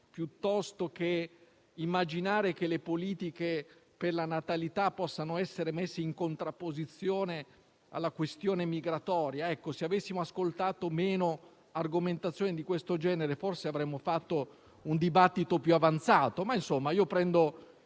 e immaginare che le politiche per la natalità possano essere messe in contrapposizione alla questione migratoria - se avessimo ascoltato meno argomentazione di questo genere, forse avremmo fatto un dibattito più avanzato. Prendo